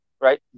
right